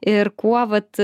ir kuo vat